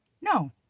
No